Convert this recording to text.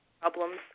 problems